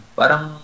parang